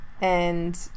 and-